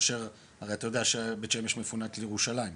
כאשר אתה יודע שבית שמש מפונה לירושלים,